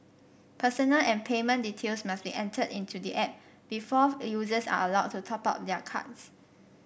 personal and payment details must be entered into the app before users are allowed to top up their cards